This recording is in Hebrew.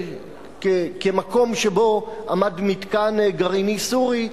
כמקום שבו עמד מתקן גרעיני סורי,